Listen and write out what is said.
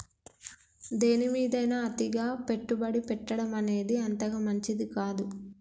దేనిమీదైనా అతిగా పెట్టుబడి పెట్టడమనేది అంతగా మంచిది కాదు